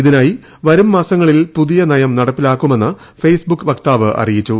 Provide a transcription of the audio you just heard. ഇതിനായി വരുംമാസങ്ങളിൽ പുതിയ നയം നടപ്പിലാക്കുമെന്ന് ഫെയ്സ് ബുക്ക് വക്താവ് അറിയിച്ചു